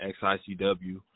XICW